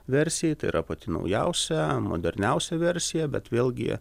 versijai tai yra pati naujausia moderniausia versija bet vėlgi